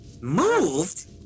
Moved